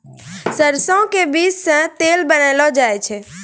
सरसों के बीज सॅ तेल बनैलो जाय छै